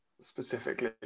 specifically